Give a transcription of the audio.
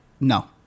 no